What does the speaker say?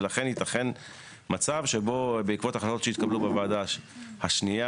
ולכן יתכן מצב שבו בעקבות החלטות שיתקבלו בוועדה השנייה